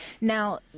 Now